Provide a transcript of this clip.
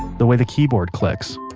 the way the keyboard clicks,